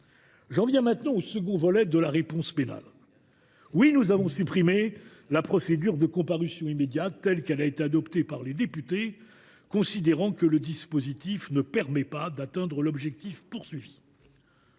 J’en viens maintenant au second volet de la réponse pénale. Oui, nous avons supprimé la procédure de comparution immédiate telle qu’elle a été adoptée par les députés, considérant que le dispositif ne permet pas d’atteindre l’objectif.